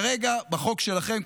כרגע בחוק שלכם,